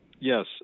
Yes